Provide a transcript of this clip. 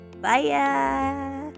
Bye